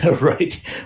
Right